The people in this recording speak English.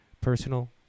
personal